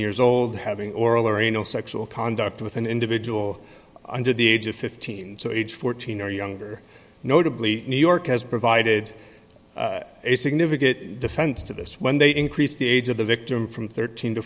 years old having oral or you know sexual conduct with an individual under the age of fifteen to age fourteen or younger notably new york has provided a significant defense to this when they increased the age of the victim from thirteen to